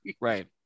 right